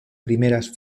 primeras